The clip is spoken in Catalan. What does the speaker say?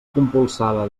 compulsada